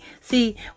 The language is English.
See